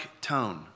tone